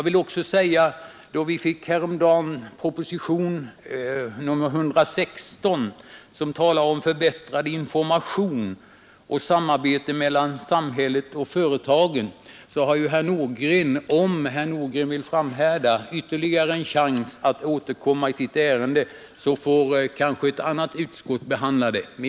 Vi fick häromdagen propositionen 116, där det talas om förbättrad driftstöd i : information och bättre samarbete mellan samhället och företagen. Om anslutning till herr Nordgren vill framhärda, så har herr Nordgren ytterligare en chans kommunernas att återkomma i frågan i anslutning till den propositionen. Då får kanske ett annat utskott behandla ärendet.